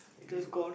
you